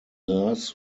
nurse